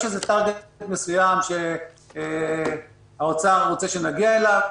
יש איזה טרגט מסוים שהאוצר רוצה שנגיע אליו.